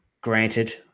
granted